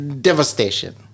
devastation